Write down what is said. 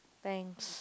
thanks